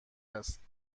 است